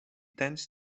tends